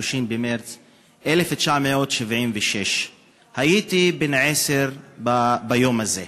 30 במרס 1976. הייתי בן עשר ביום הזה,